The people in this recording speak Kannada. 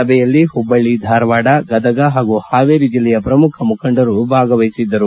ಸಭೆಯಲ್ಲಿ ಹುಬ್ಬಳ್ಳಿ ಧಾರವಾಡ ಗದಗ ಹಾಗೂ ಹಾವೇರಿ ಜಿಲ್ಲೆಯ ಪ್ರಮುಖ ಮುಖಂಡರು ಭಾಗವಹಿಸಿದ್ದರು